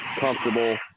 comfortable